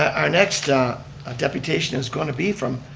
our next deputation is going to be from